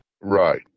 Right